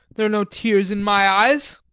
there are no tears in my eyes.